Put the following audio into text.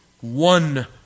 one